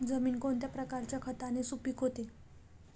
जमीन कोणत्या प्रकारच्या खताने सुपिक होते?